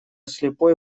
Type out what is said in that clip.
слепой